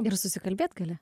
ir susikalbėt gali